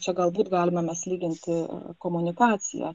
čia galbūt galime mes lyginti komunikaciją